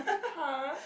!huh!